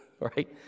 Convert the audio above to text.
right